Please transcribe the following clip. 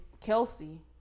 Kelsey